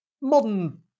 modern